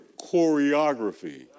choreography